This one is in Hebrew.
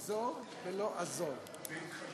אֵזור ולא אֲזור.